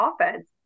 offense